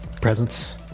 presents